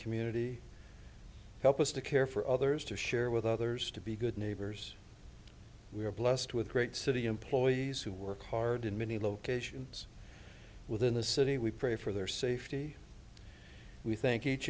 community help us to care for others to share with others to be good neighbors we are blessed with great city employees who work hard in many locations within the city we pray for their safety we thank each